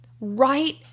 right